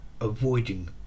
avoiding